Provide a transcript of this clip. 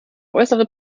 äußere